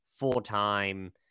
full-time